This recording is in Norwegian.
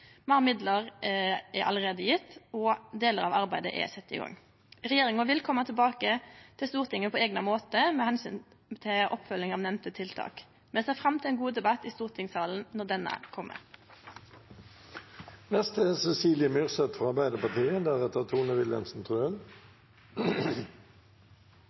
midlar er allereie gjevne, og delar av arbeidet er sett i gang. Regjeringa vil kome tilbake til Stortinget på eigna måte med omsyn til oppfølging av nemnde tiltak. Me ser fram til ein god debatt i stortingssalen når det kjem. Satsing på psykisk helse er